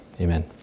amen